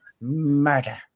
murder